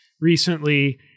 recently